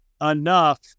enough